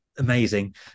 amazing